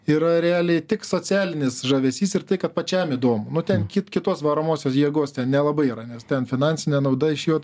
yra realiai tik socialinis žavesys ir tai kad pačiam įdomu nu ten kitos varomosios jėgos nelabai yra nes ten finansinė nauda iš jo